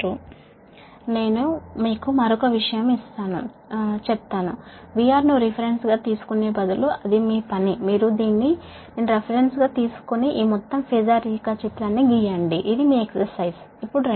నేను ఏమి చేస్తాను అంటే నేను మీకు మరొక విషయం చెప్తాను VR ను రిఫరెన్స్గా తీసుకునే బదులు అది మీ పని మీరు దీన్ని అంటే I ను రెఫరెన్స్గా తీసుకొని ఈ మొత్తం ఫేజార్ డయాగ్రమ్ ని గీయండి ఇది సాధన ఇప్పుడు దీనికి రండి